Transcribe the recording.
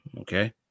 Okay